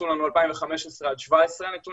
הנתונים האלה מ-2015 עד 2017,